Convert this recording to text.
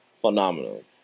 phenomenal